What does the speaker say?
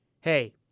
hey